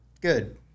good